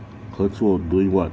合作 doing what